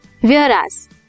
Whereas